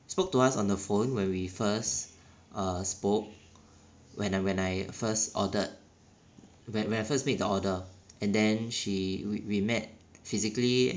spoke to us on the phone when we first uh spoke when I when I first ordered when when I first made the order and then she we met physically